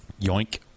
Yoink